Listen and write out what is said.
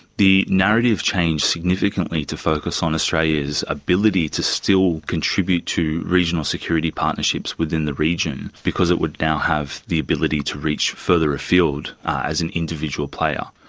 the narrative changed significantly to focus on australia's ability to still contribute to regional security partnerships within the region because it would now have the ability to reach further afield as an individual player.